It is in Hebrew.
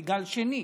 מגל שני,